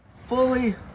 Fully